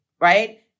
right